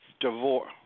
Divorce